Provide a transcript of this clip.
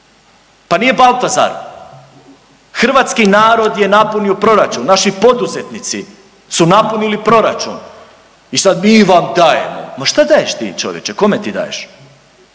pa nije Baltazar. Hrvatski narod je napunio proračun, naši poduzetnici su napunili proračun i sad „mi vam dajemo“, ma šta daješ ti čovječe, kome ti daješ?